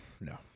No